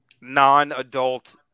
non-adult